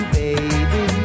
baby